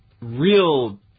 real